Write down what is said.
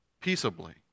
peaceably